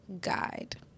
guide